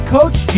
Coach